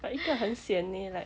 but 一个很 sian leh like